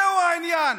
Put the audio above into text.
זה העניין.